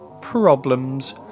problems